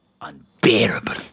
unbearable